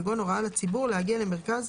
כגון הוראה לציבור להגיע למרכז